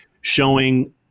showing